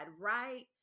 right